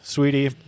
Sweetie